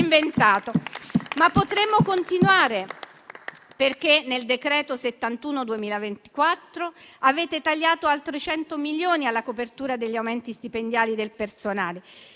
Potremmo continuare, perché nel decreto n. 71 del 2024, avete tagliato altri 100 milioni alla copertura degli aumenti stipendiali del personale.